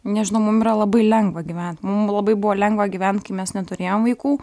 nežinau mum yra labai lengva gyvent mum labai buvo lengva gyvent kai mes neturėjom vaikų